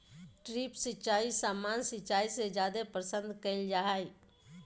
drip सिंचाई सामान्य सिंचाई से जादे पसंद कईल जा हई